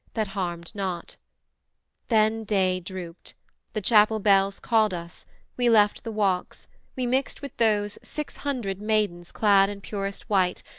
that harmed not then day droopt the chapel bells called us we left the walks we mixt with those six hundred maidens clad in purest white,